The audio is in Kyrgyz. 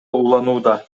уланууда